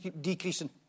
decreasing